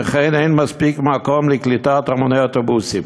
וכן אין מספיק מקום לקליטת המוני האוטובוסים.